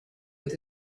with